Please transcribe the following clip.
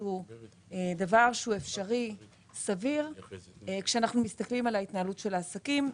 שהוא אפשרי וסביר כאשר אנחנו מסתכלים על ההתנהלות של העסקים.